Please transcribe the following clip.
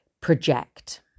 project